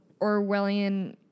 Orwellian